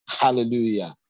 Hallelujah